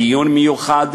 דיון מיוחד,